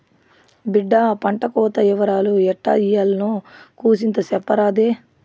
బిడ్డా పంటకోత ఇవరాలు ఎట్టా ఇయ్యాల్నో కూసింత సెప్పరాదే